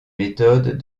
méthodes